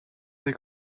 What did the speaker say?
des